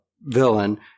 villain